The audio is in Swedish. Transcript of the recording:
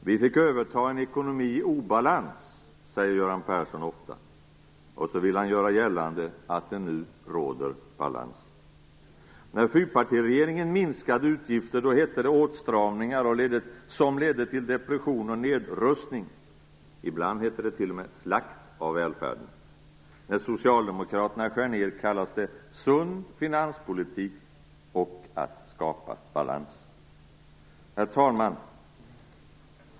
Vi fick överta en ekonomi i obalans, säger Göran Persson ofta och vill göra gällande att det nu råder balans. När fyrpartiregeringen minskade utgifter, då hette det åtstramningar som ledde till depression och nedrustning, ibland hette det t.o.m. slakt av välfärden. När socialdemokraterna skär ned kallas det sund finanspolitik och att skapa balans. Herr talman!